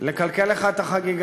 צר לי לקלקל לך את החגיגה.